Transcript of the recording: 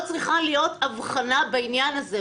לא צריכה להיות הבחנה בנושא הזה.